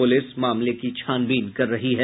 police मामले की छानबीन कर रही है